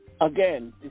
again